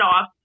off